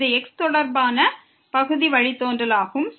இது x தொடர்பான பகுதி வழித்தோன்றல் ஆகும்